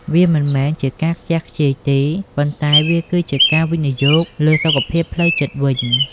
វាមិនមែនជាការខ្ជះខ្ជាយទេ ប៉ុន្តែវាគឺជាការវិនិយោគលើសុខភាពផ្លូវចិត្តវិញ។